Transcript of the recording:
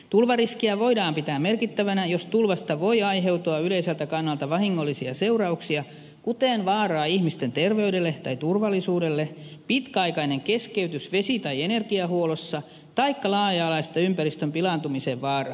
tulvariskiä voidaan pitää merkittävänä jos tulvasta voi aiheutua yleiseltä kannalta vahingollisia seurauksia kuten vaaraa ihmisten terveydelle tai turvallisuudelle pitkäaikainen keskeytys vesi tai energiahuollossa taikka laaja alaista ympäristön pilaantumisen vaaraa